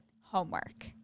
Homework